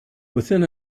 within